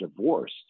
divorced